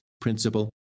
principle